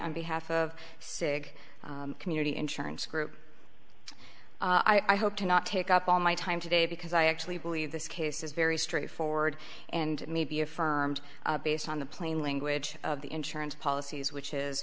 on behalf of segue community insurance group i hope to not take up all my time today because i actually believe this case is very straightforward and may be affirmed based on the plain language of the insurance policies which is